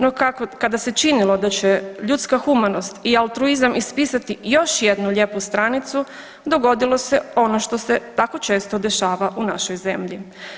No kako, kada se činilo da će ljudska humanost i altruizam ispisati još jednu lijepu stranicu dogodilo se ono što se tako često dešava u našoj zemlji.